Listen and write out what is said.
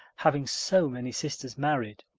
having so many sisters married.